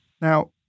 Now